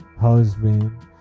husband